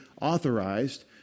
authorized